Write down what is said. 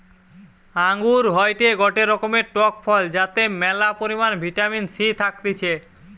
আঙ্গুর হয়টে গটে রকমের টক ফল যাতে ম্যালা পরিমাণে ভিটামিন সি থাকতিছে